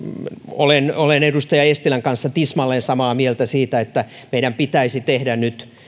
olen olen edustaja eestilän kanssa tismalleen samaa mieltä siitä että meidän pitäisi tehdä nyt